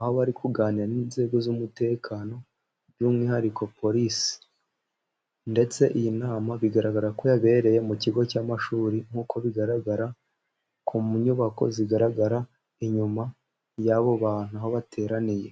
aho bari kuganira n'inzego z'umutekano by'umwihariko porisi, ndetse iyi nama bigaragara ko yabereye mu kigo cy'amashuri nk'uko bigaragara ku nyubako zigaragara inyuma y'abo bantu aho bateraniye.